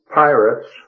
pirates